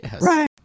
right